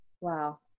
wow